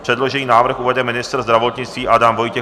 Předložený návrh uvede ministr zdravotnictví Adam Vojtěch.